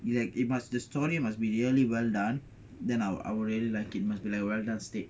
you like it must the story must be nearly well done then I will I will really like it must be like well done steak